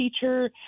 teacher